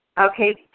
Okay